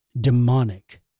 demonic